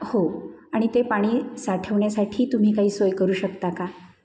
हो आणि ते पाणी साठवण्यासाठी तुम्ही काही सोय करू शकता का